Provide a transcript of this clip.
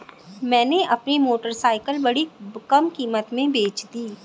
मैंने अपनी मोटरसाइकिल बड़ी कम कीमत में बेंच दी